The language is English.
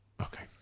Okay